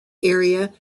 area